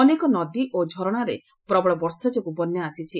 ଅନେକ ନଦୀ ଓ ଝରଣାରେ ପ୍ରବଳ ବର୍ଷାଯୋଗୁଁ ବନ୍ୟା ଆସିଛି